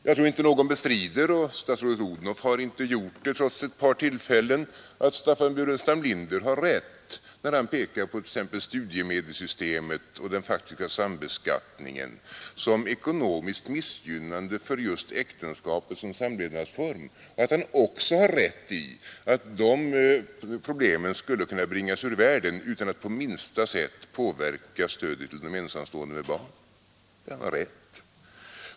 Jag tror inte någon bestrider — statsrådet Odhnoff har inte gjort det trots att hon haft ett par tillfällen — att Staffan Burenstam Linder har rätt när han pekar på t.ex. studiemedelssystemet och den faktiska sambeskattningen som ekonomiskt missgynnande för äktenskapet som samlevnadsform och att han också har rätt i att de problemen skulle kunna bringas ur världen utan att det på minsta sätt påverkade stödet till de ensamstående med barn. Han har rätt.